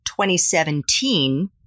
2017